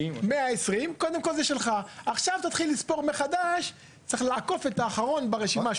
עכשיו תתחיל לספור מחדש כי צריך לעקוף את האחרון ברשימה.